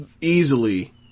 easily